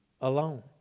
alone